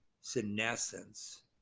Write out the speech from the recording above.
senescence